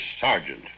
sergeant